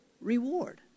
reward